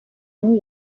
new